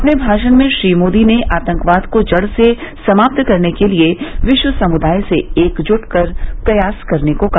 अपने भाषण में श्री मोदी ने आतंकवाद को जड़ से समाप्त करने के लिए विश्व समुदाय से एकजुट होकर प्रयास करने को कहा